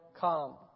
come